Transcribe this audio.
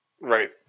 Right